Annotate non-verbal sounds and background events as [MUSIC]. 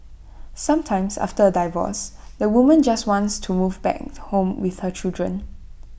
sometimes after A divorce the woman just wants to move back [UNINTELLIGIBLE] home with her children